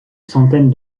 centaine